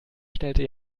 stellte